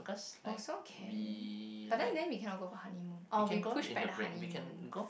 also can but then then we cannot go for honeymoon or we push back the honeymoon